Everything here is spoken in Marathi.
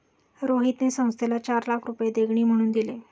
रोहितने संस्थेला चार लाख रुपये देणगी म्हणून दिले